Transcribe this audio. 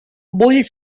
vull